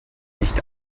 nicht